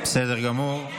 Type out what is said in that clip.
בסדר גמור.